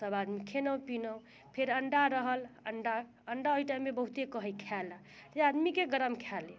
सब आदमी खयलहुँ पिलहुँ फेर अंडा रहल अंडा अंडा ओहि टाइममे बहुते कहै खाए लए आदमीके गरम खाए लेल